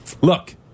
Look